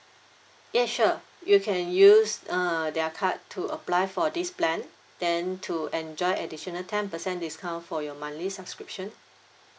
yes sure you can use uh their card to apply for this plan then to enjoy additional ten percent discount for your monthly subscription